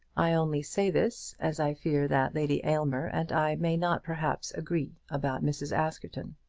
i only say this, as i fear that lady aylmer and i may not perhaps agree about mrs. askerton.